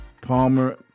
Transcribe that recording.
Palmer